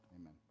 Amen